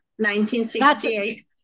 1968